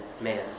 man